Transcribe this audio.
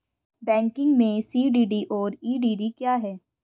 Banking में CDD और EDD क्या हैं?